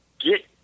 get